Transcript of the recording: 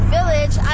Village